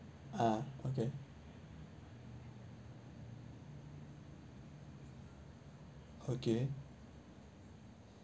ah okay okay